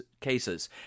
cases